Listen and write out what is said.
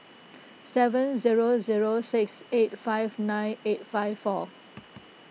seven zero zero six eight five nine eight five four